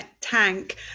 tank